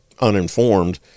uninformed